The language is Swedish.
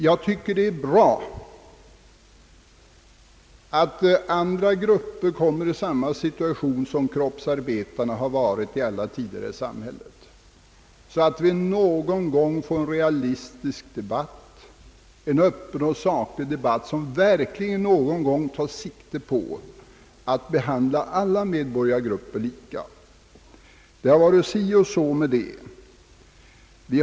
Jag tycker att det är bra att andra grupper kommer i samma situation som kroppsarbetarna här i samhället har befunnit sig i under långa tider — därmed kan vi äntligen få en realistisk, öppen och saklig debatt, som verkligen tar sikte på att alla medborgargrupper skall behandlas lika. Det har varit si och så med den saken länge.